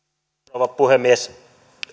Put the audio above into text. rouva puhemies